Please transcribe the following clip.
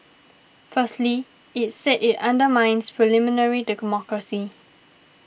firstly it said it undermines parliamentary democracy